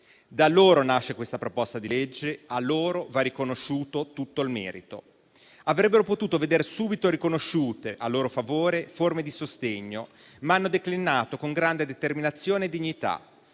Da loro nasce questa proposta di legge, a loro va riconosciuto tutto il merito. Avrebbero potuto vedere subito riconosciute a loro favore forme di sostegno, ma hanno declinato con grande determinazione e dignità;